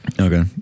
Okay